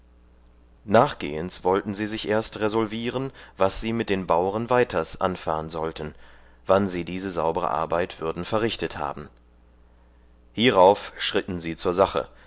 nachgehends wollten sie sich erst resolvieren was sie mit den bauren weiters anfahen wollten wann sie diese saubere arbeit würden verrichtet haben hierauf schritten sie zur sache